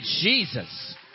Jesus